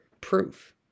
Proof